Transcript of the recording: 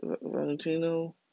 Valentino